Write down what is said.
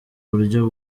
buryo